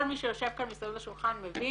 כל מי שיושב כאן מסביב לשולחן מבין